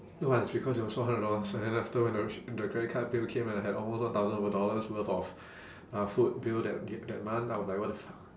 what it's because it was four hundred dollars and then after when the credit card bill came and I had almost one thousand over dollars worth of uh food bill that da~ that month I was like what the fuck